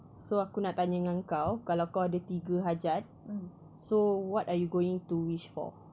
so aku nak tanya dengan kau kalau kau ada tiga hajat so what are you going to wish for